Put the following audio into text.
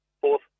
fourth